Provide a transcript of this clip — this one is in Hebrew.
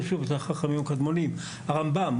שוב: אלה החכמים הקדמונים היא הרמב"ם.